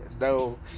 no